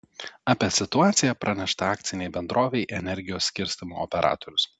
apie situaciją pranešta akcinei bendrovei energijos skirstymo operatorius